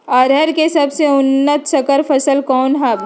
अरहर के सबसे उन्नत संकर फसल कौन हव?